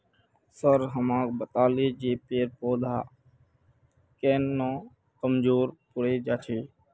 sir हमाक बताले जे पेड़ पौधा केन न कमजोर पोरे जा छेक